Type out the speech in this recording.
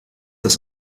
das